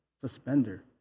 suspender